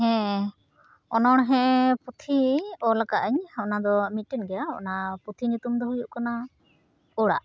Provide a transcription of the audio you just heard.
ᱚᱱᱚᱲᱦᱮ ᱯᱩᱛᱷᱤ ᱚᱞ ᱟᱠᱟᱫᱟᱹᱧ ᱚᱱᱟᱫᱚ ᱢᱤᱫᱴᱮᱱ ᱜᱮᱭᱟ ᱚᱱᱟ ᱯᱩᱛᱷᱤ ᱧᱩᱛᱩᱢ ᱫᱚ ᱦᱩᱭᱩᱜ ᱠᱟᱱᱟ ᱚᱲᱟᱜ